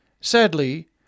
sadly